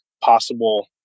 possible